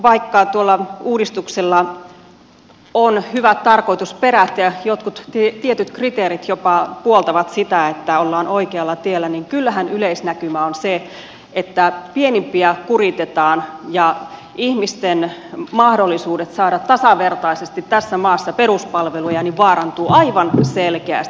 vaikka tuolla uudistuksella on hyvät tarkoitusperät ja jotkut tietyt kriteerit jopa puoltavat sitä että ollaan oikealla tiellä niin kyllähän yleisnäkymä on se että pienimpiä kuritetaan ja ihmisten mahdollisuudet saada tasavertaisesti tässä maassa peruspalveluja vaarantuvat aivan selkeästi